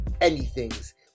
Anything's